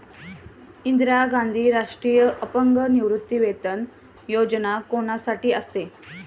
इंदिरा गांधी राष्ट्रीय अपंग निवृत्तीवेतन योजना कोणासाठी असते?